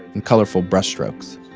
in colorful brushstrokes.